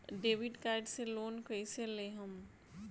Debit card से loan कईसे लेहम?